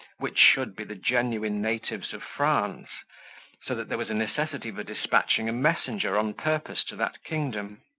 which should be the genuine natives of france so that there was a necessity for despatching a messenger on purpose to that kingdom